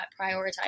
prioritize